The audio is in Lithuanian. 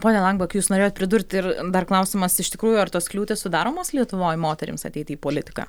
pone lanbok jūs norėjot pridurti ir dar klausimas iš tikrųjų ar tos kliūtys sudaromos lietuvoj moterims ateiti į politiką